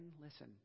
listen